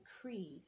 creed